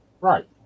Right